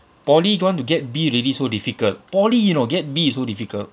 poly don't want to get B really so difficult poly you know get B is so difficult